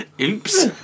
Oops